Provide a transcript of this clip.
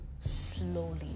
slowly